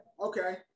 okay